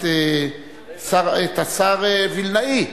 השר וילנאי,